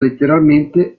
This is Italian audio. letteralmente